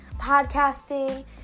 podcasting